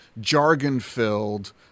jargon-filled